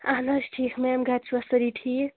اہن حظ ٹھیٖک میم گَرِچھوا سٲری ٹھیک